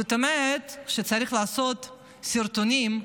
זאת אומרת, כשצריך לעשות סרטונים,